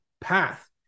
path